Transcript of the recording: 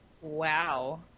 Wow